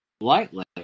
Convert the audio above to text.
lightly